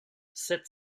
sept